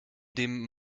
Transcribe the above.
dem